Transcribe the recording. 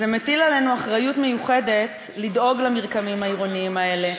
זה מטיל עלינו אחריות מיוחדת לדאוג למרקמים העירוניים האלה,